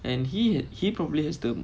and he had he probably has the